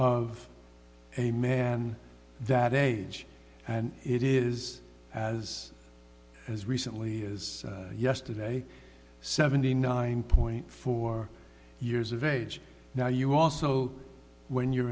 of a man that day and it is as as recently as yesterday seventy nine point four years of age now you also when you're